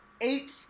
Eight